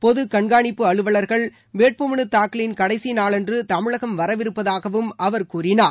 பொதுக் கண்காணிப்பு அலுவலர்கள் வேட்புமனுத் தாக்கலின் கடைசி நாளன்று தமிழகம் வரவிருப்பதாகவும் அவர் கூறினார்